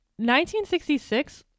1966